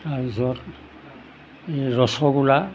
তাৰপিছত এই ৰছগোল্লা